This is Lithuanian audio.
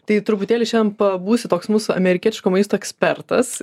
tai truputėlį šiandien pabūsi toks mūsų amerikietiško maisto ekspertas